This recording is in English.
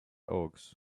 oaks